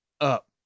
up